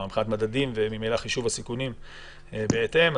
וממילא חישוב הסיכונים בהתאם.